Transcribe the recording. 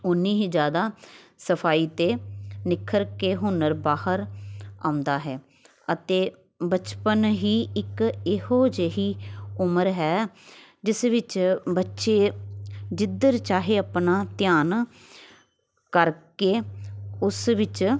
ਉਨੀ ਹੀ ਜ਼ਿਆਦਾ ਸਫਾਈ ਅਤੇ ਨਿਖਰ ਕੇ ਹੁਨਰ ਬਾਹਰ ਆਉਂਦਾ ਹੈ ਅਤੇ ਬਚਪਨ ਹੀ ਇੱਕ ਇਹੋ ਜਿਹੀ ਉਮਰ ਹੈ ਜਿਸ ਵਿੱਚ ਬੱਚੇ ਜਿੱਧਰ ਚਾਹੇ ਆਪਣਾ ਧਿਆਨ ਕਰਕੇ ਉਸ ਵਿੱਚ